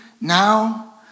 now